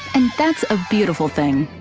and that's a beautiful thing.